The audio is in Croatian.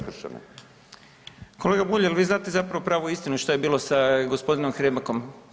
Kolega Bulj, jel vi znate zapravo pravu istinu šta je bilo sa gospodinom Hrebakom?